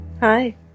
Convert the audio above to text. Hi